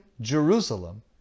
Jerusalem